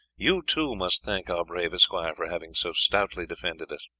you too must thank our brave esquire for having so stoutly defended us.